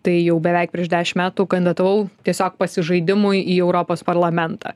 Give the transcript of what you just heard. tai jau beveik prieš dešim metų kandidatavau tiesiog pasižaidimui į europos parlamentą